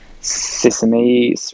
sesame